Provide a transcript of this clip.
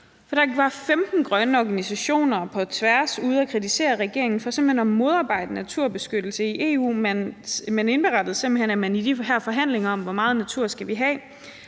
der var 15 grønne organisationer på tværs ude at kritisere regeringen for simpelt hen at modarbejde naturbeskyttelse i EU. Man indberettede simpelt hen, at man i de her forhandlinger om, hvor meget natur vi skal have,